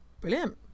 brilliant